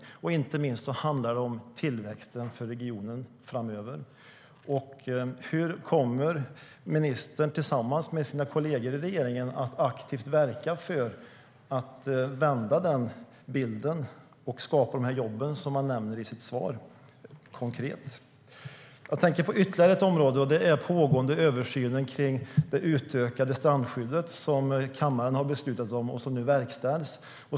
Det handlar inte minst om tillväxten för regionen framöver. Jag tänker på ytterligare ett område, nämligen den pågående översynen av det utökade strandskyddet som kammaren har beslutat om och som nu verkställs.